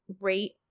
rate